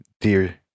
dear